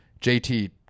JT